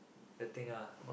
the thing ah